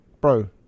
bro